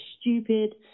stupid